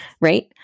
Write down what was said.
right